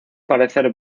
parecer